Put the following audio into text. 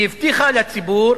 היא הבטיחה לציבור